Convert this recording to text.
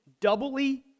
doubly